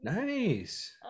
Nice